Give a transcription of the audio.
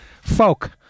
folk